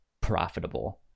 profitable